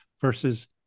Versus